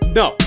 no